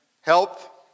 help